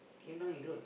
came down he look